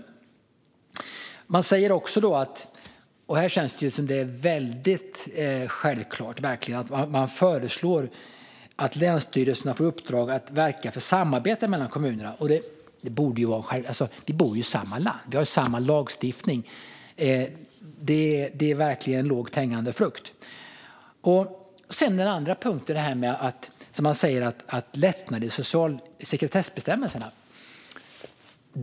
Statskontoret föreslår också - och det här känns verkligen som något som är väldigt självklart - att länsstyrelserna får i uppdrag att verka för samarbete mellan kommunerna. Det borde ju vara en självklarhet! Vi bor i samma land, och vi har samma lagstiftning. Det är verkligen lågt hängande frukt. En annan punkt handlar om lättnader i sekretessbestämmelserna.